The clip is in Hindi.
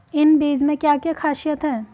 इन बीज में क्या क्या ख़ासियत है?